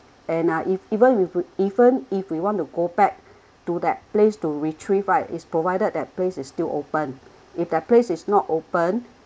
and uh if even even if we want to go back to that place to retrieve right it's provided that place is still open if that place is not open